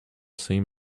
same